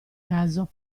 caso